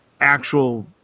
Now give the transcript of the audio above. actual